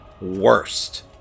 worst